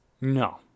no